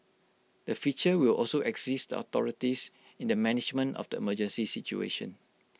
the feature will also access the authorities in the management of the emergency situation